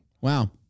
Wow